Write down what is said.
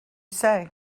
say